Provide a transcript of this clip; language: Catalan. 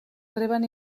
reben